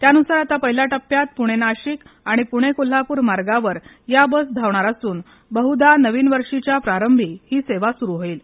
त्यानुसार आता पहिल्या टप्प्यात पुणे नाशिक आणि पूर्ण कोल्हापूर मार्गावर या बस धावणार असून बहुदा नवीन वर्षीच्या प्रारंभी ही सेवा सुरु होईल